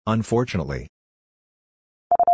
Unfortunately